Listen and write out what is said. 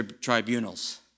tribunals